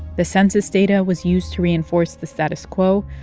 the census data was used to reinforce the status quo.